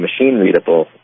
machine-readable